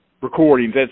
Recordings